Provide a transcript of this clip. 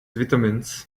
vitamins